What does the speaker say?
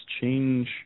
change